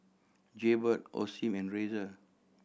Jaybird Osim and Razer